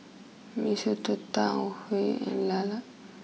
Mee Soto Tau Huay and LaLa